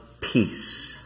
peace